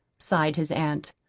sighed his aunt.